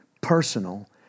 personal